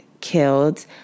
killed